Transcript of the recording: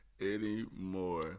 anymore